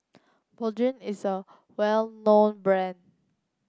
Bonjela is a well known brand